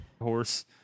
Horse